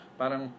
parang